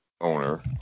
owner